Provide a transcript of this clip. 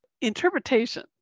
interpretation